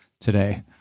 today